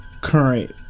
current